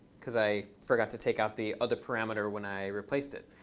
because i forgot to take out the other parameter when i replaced it.